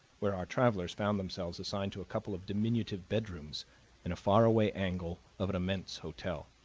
where our travelers found themselves assigned to a couple of diminutive bedrooms in a faraway angle of an immense hotel.